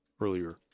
earlier